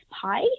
Pi